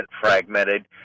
fragmented